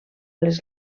les